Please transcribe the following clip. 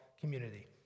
community